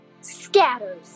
scatters